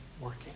working